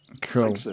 Cool